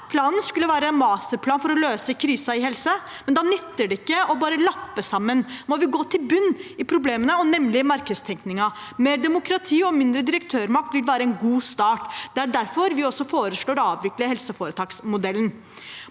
planen skulle være en masterplan for å løse krisen i helsesektoren, men det nytter ikke å bare lappe sammen. Vi må vi gå til bunns i problemene, nemlig markedstenkningen. Mer demokrati og mindre direktørmakt vil være en god start, og det er derfor vi foreslår å avvikle helseforetaksmodellen.